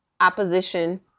opposition